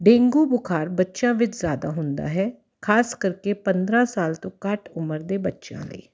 dengue ਬੁਖਾਰ ਬੱਚਿਆਂ ਵਿੱਚ ਜ਼ਿਆਦਾ ਹੁੰਦਾ ਹੈ ਖਾਸ ਕਰਕੇ ਪੰਦਰਾਂ ਸਾਲ ਤੋਂ ਘੱਟ ਉਮਰ ਦੇ ਬੱਚਿਆਂ ਲਈ